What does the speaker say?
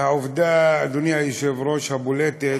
והעובדה, אדוני היושב-ראש, הבולטת,